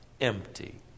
empty